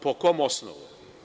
Po kom osnovu?